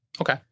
Okay